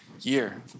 year